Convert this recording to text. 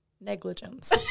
negligence